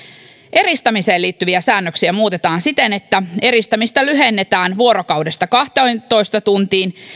eristämiseen liittyviä säännöksiä muutetaan siten että eristämistä lyhennetään vuorokaudesta kahteentoista tuntiin